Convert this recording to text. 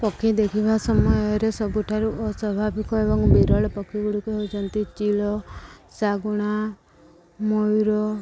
ପକ୍ଷୀ ଦେଖିବା ସମୟରେ ସବୁଠାରୁ ଅସ୍ୱାଭାବିକ ଏବଂ ବିରଳ ପକ୍ଷୀ ଗୁଡ଼ିକ ହେଉନ୍ତି ଚିଲ ଶାଗୁଣା ମୟୁର